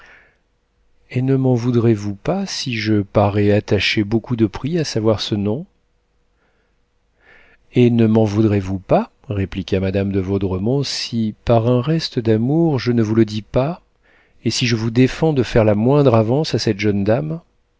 et ne m'en voudrez-vous pas si je parais attacher beaucoup de prix à savoir ce nom et ne m'en voudrez-vous pas répliqua madame de vaudremont si par un reste d'amour je ne vous le dis pas et si je vous défends de faire la moindre avance à cette jeune dame